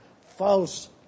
False